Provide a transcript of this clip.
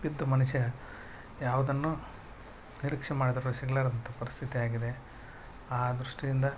ಬಿದ್ದ ಮನುಷ್ಯ ಯಾವುದನ್ನು ನಿರೀಕ್ಷೆ ಮಾಡಿದರೂ ಸಿಗಲಾರ್ದಂಥ ಪರಿಸ್ಥಿತಿ ಆಗಿದೆ ಆ ದೃಷ್ಟಿಯಿಂದ